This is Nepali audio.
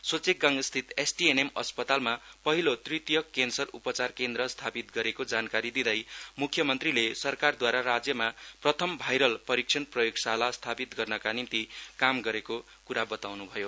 सोचेकगाङस्थित एसटिएनएम अस्पतालमा पहिलो तृतियक क्यानसर उपचार केन्द्र स्थापित गरिएको जानकारी दिँदै म्ख्यमन्त्रीले सरकारद्वारा राज्यमा प्रथम भाइरल परीक्षण प्रयोगशाला स्थापित गर्नका निम्ति काम गरेको क्रा बताउन् भयो